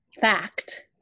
fact